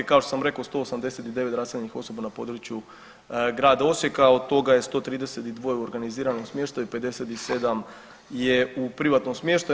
Kao što sam rekao 189 raseljenih osoba na području grada Osijeka, od toga je 132 u organiziranom smještaju, 57 je u privatnom smještaju.